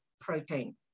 protein